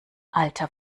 alter